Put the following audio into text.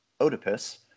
Oedipus